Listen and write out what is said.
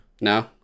no